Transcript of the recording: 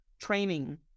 Training